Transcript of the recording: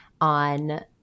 on